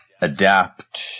adapt